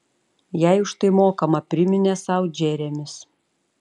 jai už tai mokama priminė sau džeremis